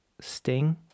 Sting